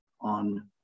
on